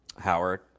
Howard